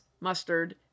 mustard